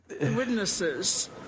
Witnesses